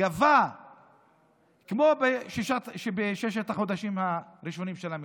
גבה כמו בששת החודשים הראשונה של המבצע.